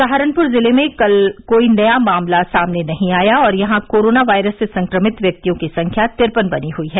सहारनपुर जिले में कल कोई नया मामला सामने नहीं आया और यहां कोरोना वायरस से संक्रमित व्यक्तियों की संख्या तिरपन बनी हुई है